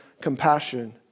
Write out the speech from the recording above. compassion